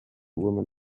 woman